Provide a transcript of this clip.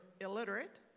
illiterate